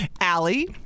Allie